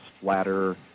flatter